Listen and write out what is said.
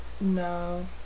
no